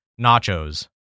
nachos